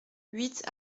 huit